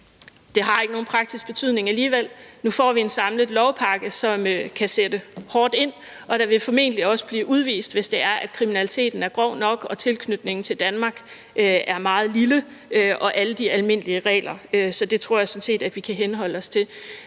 ikke har nogen praktisk betydning, for nu får vi en samlet lovpakke, som gør, at vi kan sætte hårdt ind, og der vil formentlig også blive udvist, hvis kriminaliteten er grov nok og tilknytningen til Danmark er meget lille – og alle de almindelige regler – så det tror jeg sådan set at vi kan henholde os til.